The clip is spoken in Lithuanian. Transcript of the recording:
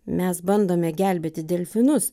mes bandome gelbėti delfinus